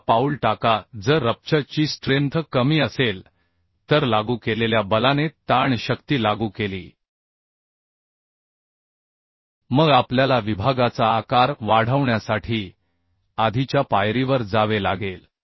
आता पाऊल टाका जर रप्चर ची स्ट्रेन्थ कमी असेल तर लागू केलेल्या बलाने ताण शक्ती लागू केली मग आपल्याला विभागाचा आकार वाढवण्यासाठी आधीच्या पायरीवर जावे लागेल